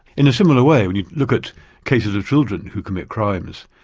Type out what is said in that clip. in a similar way, we look at cases of children who commit crimes.